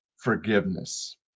forgiveness